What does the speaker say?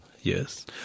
yes